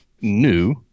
new